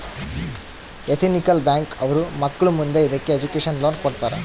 ethical bank ಅವ್ರು ಮಕ್ಳು ಮುಂದೆ ಇದಕ್ಕೆ ಎಜುಕೇಷನ್ ಲೋನ್ ಕೊಡ್ತಾರ